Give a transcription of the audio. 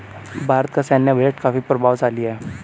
भारत का सैन्य बजट काफी प्रभावशाली है